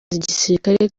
gisirikare